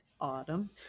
Autumn